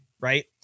right